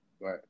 Right